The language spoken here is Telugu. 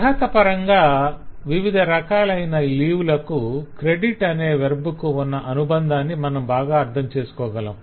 అర్హతపరంగా వివిధ రకాలైన ఈ లీవ్ లకు 'credit' అనే వెర్బ్ కు ఉన్న అనుబంధాన్ని మనం బాగా అర్ధం చేసుకోగలం